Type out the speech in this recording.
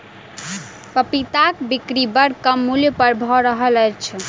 पपीताक बिक्री बड़ कम मूल्य पर भ रहल अछि